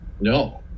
No